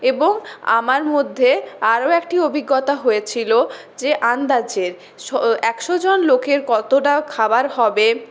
এবং আমার মধ্যে আরও একটি অভিজ্ঞতা হয়েছিলো যে আন্দাজে একশো জন লোকের কতটা খাবার হবে